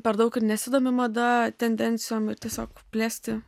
per daug ir nesidomi mada tendencijom ir tiesiog plėsti